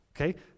Okay